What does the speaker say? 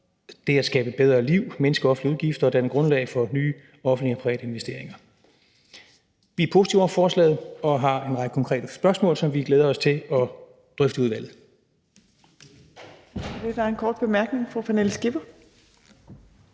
det at skabe bedre liv, mindske offentlige udgifter og danne grundlag for nye offentlige og private investeringer. Vi er positive over for forslaget og har en række konkrete spørgsmål, som vi glæder os til at drøfte i udvalget.